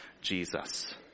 Jesus